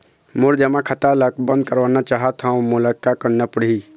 मोर जमा खाता ला बंद करवाना चाहत हव मोला का करना पड़ही?